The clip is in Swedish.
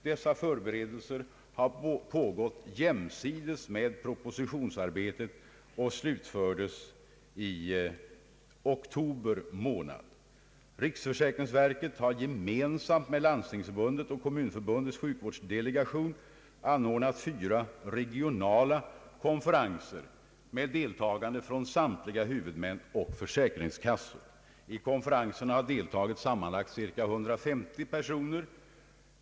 Dessa förberedelser har pågått jämsides med propositionsarbetet och slutfördes i oktober månad. Riksförsäkringsverket har gemensamt med Landstingsförbundet och Kommunförbundets sjukvårdsdelegation anordnat fyra regionala konferenser med deltagande från samtliga huvudmän och försäkringskassor. I konferenserna har deltagit sammanlagt cirka 150 personer.